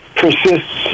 persists